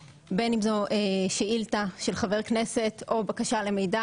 כל בקשה שמגיעה בין אם זו שאילתה של חבר הכנסת או בקשה למידע